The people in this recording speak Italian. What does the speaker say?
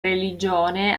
religione